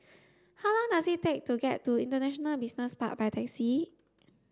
how long does it take to get to International Business Park by taxi